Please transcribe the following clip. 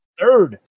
third